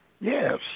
Yes